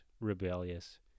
rebellious